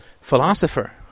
philosopher